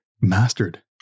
mastered